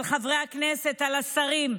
על חברי הכנסת, על השרים.